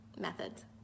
methods